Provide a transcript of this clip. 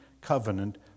covenant